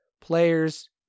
players